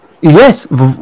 Yes